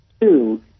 two